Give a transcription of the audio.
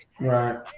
Right